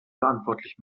verantwortlich